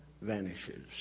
vanishes